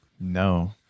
No